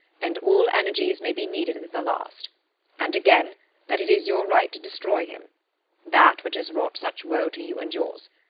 and all energies may be needed at the last and again that it is your right to destroy him that which has wrought such woe to you and yours.